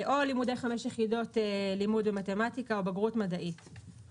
או לימודי חמש יחידות לימוד במתמטיקה או בגרות מדעית.